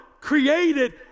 created